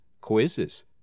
quizzes